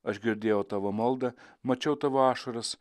aš girdėjau tavo maldą mačiau tavo ašaras